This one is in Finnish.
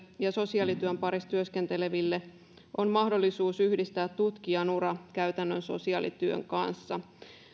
ja sosiaalityön parissa työskentelevillä on mahdollisuus yhdistää tutkijanura käytännön sosiaalityön kanssa